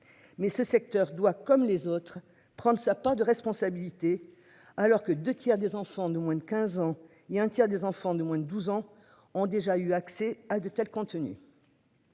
Mais ce secteur doit comme les autres prendre ça, pas de responsabilité alors que de qui a des enfants de moins de 15 ans, il y a un tiers des enfants de moins de 12 ans ont déjà eu accès à de tels contenus.